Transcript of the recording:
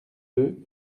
deux